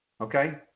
okay